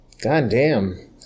goddamn